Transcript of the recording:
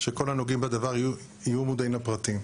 שכל הנוגעים בדבר יהיו מודעים לפרטים.